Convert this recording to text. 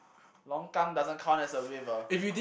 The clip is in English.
longkang doesn't count as a river